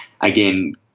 again